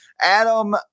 Adam